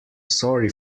sorry